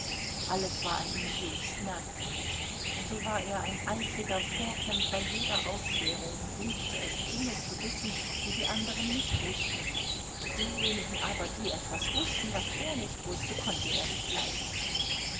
alles war an ihm höchst merkwürdig so war er ein eifriger vorkämpfer jeder aufklärung und liebte es dinge zu wissen die die anderen nicht wußten diejenigen aber die etwas wußten was er nicht wußte konnte er nicht leiden